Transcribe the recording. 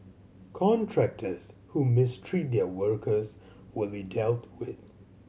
contractors who mistreat their workers will be dealt with